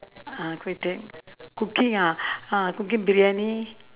uh kueh t~ cooking ah uh cooking briyani